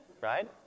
right